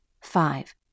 Five